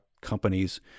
companies